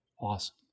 awesome